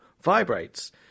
vibrates